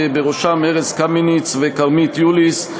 בראשם ארז קמיניץ וכרמית יוליס.